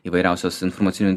įvairiausios informacinių